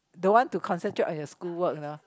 don't want to concentrate on your school work you know